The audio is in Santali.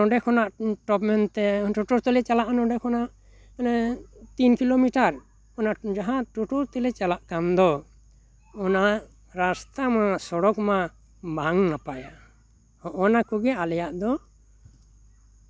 ᱪᱮᱫᱟᱜ ᱥᱮ ᱟᱞᱮ ᱱᱚᱰᱮ ᱠᱷᱚᱱᱟᱜ ᱴᱚᱯ ᱢᱮᱱᱛᱮ ᱴᱳᱴᱳ ᱛᱮᱞᱮ ᱪᱟᱞᱟᱜᱼᱟ ᱱᱚᱰᱮ ᱠᱷᱚᱱᱟᱜ ᱢᱟᱱᱮ ᱛᱤᱱ ᱠᱤᱞᱳᱢᱤᱴᱟᱨ ᱚᱱᱟ ᱡᱟᱦᱟᱸ ᱴᱳᱴᱳ ᱛᱮᱞᱮ ᱪᱟᱞᱟᱜ ᱠᱟᱱ ᱫᱚ ᱚᱱᱟ ᱨᱟᱥᱛᱟ ᱢᱟ ᱥᱚᱲᱚᱠ ᱢᱟ ᱵᱟᱝ ᱱᱟᱯᱟᱭᱟ ᱦᱚᱜᱼᱚᱭ ᱱᱟ ᱠᱚᱜᱮ ᱟᱞᱮᱭᱟᱜ ᱫᱚ